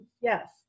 yes